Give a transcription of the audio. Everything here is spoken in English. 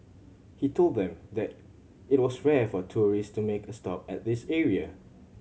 he told them that it was rare for tourists to make a stop at this area